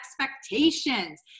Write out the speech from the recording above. expectations